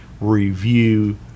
review